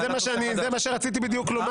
זה בדיוק מה שרציתי לומר.